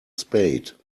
spade